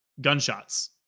gunshots